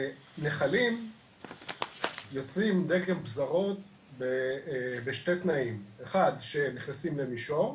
נחלים יוצרים דגם פזרות בשני תנאים: הראשון הוא כשנכנסים למישור,